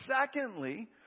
secondly